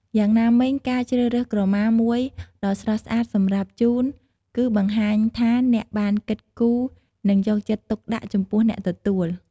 យ៉ាងណាមិញ ការជ្រើសរើសក្រមាមួយដ៏ស្រស់ស្អាតសម្រាប់ជូន គឺបង្ហាញថាអ្នកបានគិតគូរ និងយកចិត្តទុកដាក់ចំពោះអ្នកទទួល។